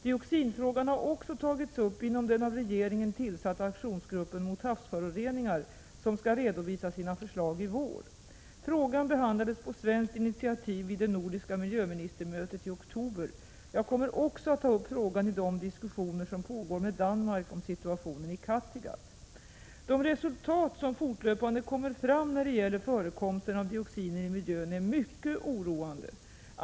Dioxinfrågan har också tagits upp inom den av regeringen tillsatta aktionsgruppen mot havsföroreningar, som skall redovisa sina förslag i vår. Frågan behandlades på svenskt initiativ vid det nordiska miljöministermötet i oktober. Jag kommer också att ta upp frågan i de diskussioner som pågår med Danmark om situationen i Kattegatt. De resultat som fortlöpande kommer fram när det gäller förekomsten av dioxiner i miljön är mycket oroande.